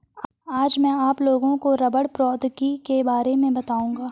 आज मैं आप लोगों को रबड़ प्रौद्योगिकी के बारे में बताउंगा